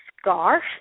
scarf